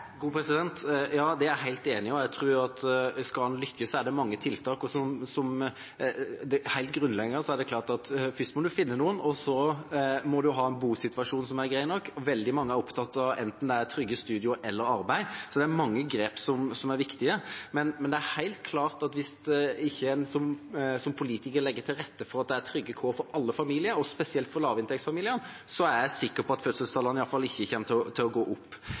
Det er jeg helt enig i, og jeg tror at skal en lykkes, trengs det mange tiltak. Helt grunnleggende er det klart at først må man finne noen, og så må man ha en bosituasjon som er grei nok. Veldig mange er opptatt av trygghet enten det gjelder studier eller arbeid, så det er mange grep som er viktige, men det er helt klart at hvis ikke vi som politikere legger til rette for trygge kår for alle familier og spesielt for lavinntektsfamiliene, er jeg sikker på fødselstallene i alle fall ikke kommer til å gå opp.